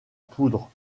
poudre